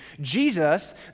Jesus